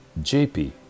JP